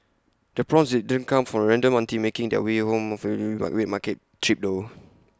the prawns didn't come from A random auntie making her way home from her weekly wet market trip though